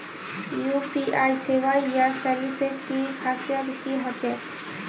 UPI सेवाएँ या services की खासियत की होचे?